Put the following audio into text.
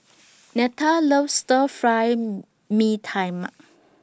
Netta loves Stir Fry Mee Tai Mak